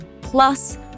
Plus